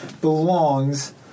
belongs